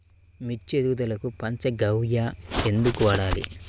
మిర్చి ఎదుగుదలకు పంచ గవ్య ఎందుకు వాడాలి?